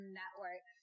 network